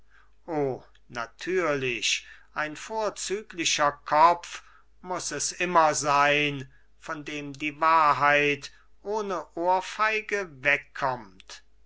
o natürlich ein vorzüglicher kopf muß es immer sein von dem die wahrheit ohne ohrfeige wegkommt